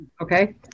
Okay